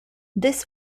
this